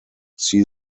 see